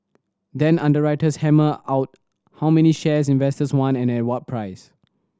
then underwriters hammer out how many shares investors want and at what price